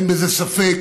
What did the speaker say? אין בזה ספק,